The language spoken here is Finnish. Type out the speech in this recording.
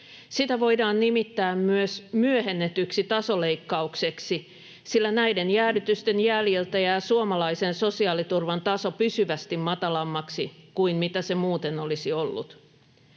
Sitä voidaan nimittää myös myöhennetyksi tasoleikkaukseksi, sillä näiden jäädytysten jäljiltä jää suomalaisen sosiaaliturvan taso pysyvästi matalammaksi kuin mitä se muuten olisi ollut.